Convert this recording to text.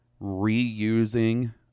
reusing